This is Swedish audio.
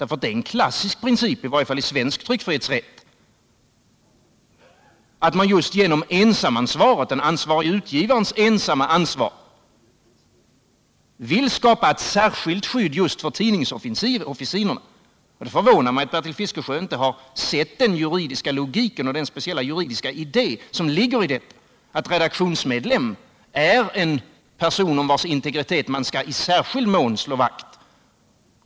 Det är ju en klassisk princip, i varje fall enligt svensk tryckfrihetsrätt, att man just genom den ansvarige utgivarens ensamma ansvar vill skapa ett särskilt skydd för tidningsofficiner. Det förvånar mig att Bertil Fiskesjö inte har sett logiken i den speciella juridiska idé som ligger i detta. En redaktionsmedlem är en person om vars integritet man skall i särskild mån slå vakt.